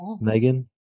Megan